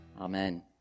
Amen